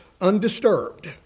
undisturbed